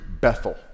Bethel